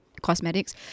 cosmetics